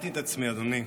התאמתי את עצמי, אדוני.